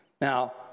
Now